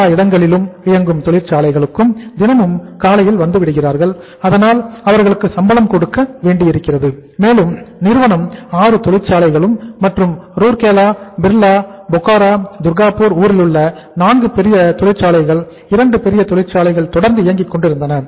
எல்லா இடங்களில் இயங்கும் தொழிற்சாலைகளுக்கு தினமும் காலையில் வந்துவிடுகிறார்கள் அதனால் அவர்களும் சம்பளம் கொடுக்க வேண்டியிருக்கிறது மேலும் நிறுவனத்தில் 6 தொழிற்சாலைகளிலும் மற்றும் ரூர்கேலா ஊரிலுள்ள 4 பெரிய தொழிற்சாலைகள் இரண்டு தொழிற்சாலைகள் தொடர்ந்து இயங்கிக் கொண்டு இருந்தன